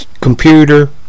computer